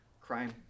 Crime